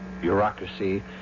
bureaucracy